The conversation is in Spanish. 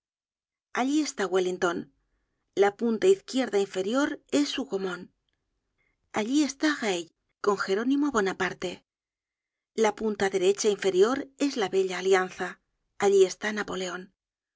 allí está wellington la punta izquierda inferior es hougomont allí está reille con jerónimo bonaparte la punta derecha inferior es la bella alianza allí está napoleon